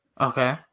Okay